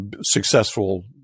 successful